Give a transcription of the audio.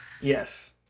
Yes